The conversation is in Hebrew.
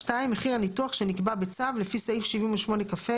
(2) מחיר הניתוח שנקבע בצו לפי סעיף 78כה,